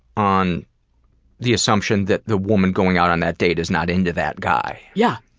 on the assumption that the woman going out on that date is not into that guy. yeah.